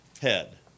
head